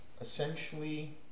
essentially